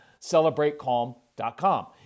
celebratecalm.com